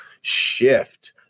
shift